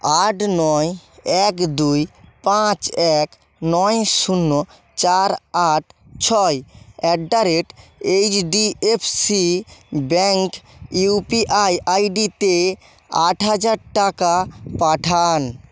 আট নয় এক দুই পাঁচ এক নয় শূন্য চার আট ছয় at the rate HDFC bank UPI আইডিতে আট হাজার টাকা পাঠান